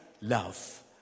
Love